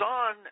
on